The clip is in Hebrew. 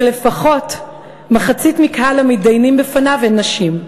שלפחות מחצית מקהל המתדיינים בפניו הן נשים.